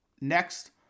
Next